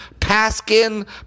Paskin